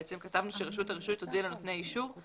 כתבנו שרשות הרישוי תודיע לנותני האישור על